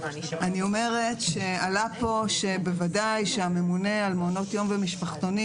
אני אומרת שעלה פה שבוודאי שהממונה על מעונות יום ומשפחתונים